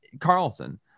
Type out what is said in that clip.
Carlson